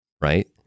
right